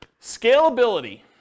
Scalability